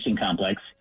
Complex